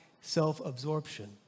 self-absorption